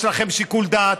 יש לכם שיקול דעת.